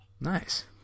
Nice